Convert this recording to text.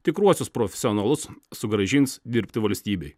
tikruosius profesionalus sugrąžins dirbti valstybei